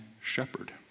shepherd